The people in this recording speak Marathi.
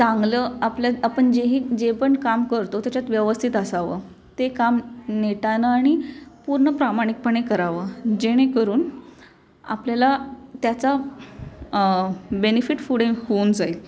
चांगलं आपल्या आपण जेही जे पण काम करतो त्याच्यात व्यवस्थित असावं ते काम नेटानं आणि पूर्ण प्रामाणिकपणे करावं जेणेकरून आपल्याला त्याचा बेनिफिट पुढे होऊन जाईल